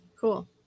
Cool